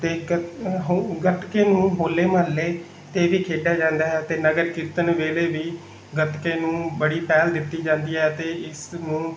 ਅਤੇ ਗੱਤ ਹਉਂ ਗੱਤਕੇ ਨੂੰ ਹੋਲੇ ਮਹੱਲੇ 'ਤੇ ਵੀ ਖੇਡਿਆ ਜਾਂਦਾ ਹੈ ਅਤੇ ਨਗਰ ਕੀਰਤਨ ਵੇਲੇ ਵੀ ਗੱਤਕੇ ਨੂੰ ਬੜੀ ਪਹਿਲ ਦਿੱਤੀ ਜਾਂਦੀ ਹੈ ਅਤੇ ਇਸ ਨੂੰ